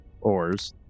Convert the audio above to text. ores